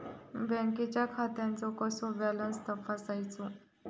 बँकेच्या खात्याचो कसो बॅलन्स तपासायचो?